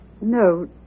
No